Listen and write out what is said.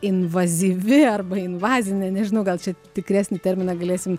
invazyvi arba invazinė nežinau gal čia tikresnį terminą galėsim